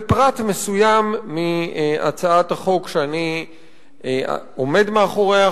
בפרט מסוים בהצעת החוק שאני עומד מאחוריה,